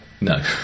No